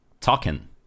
token